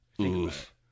Oof